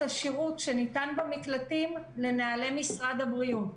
השירות שניתן במקלטים לנוהלי משרד הבריאות.